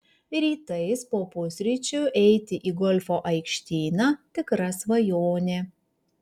rytais po pusryčių eiti į golfo aikštyną tikra svajonė